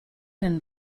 ren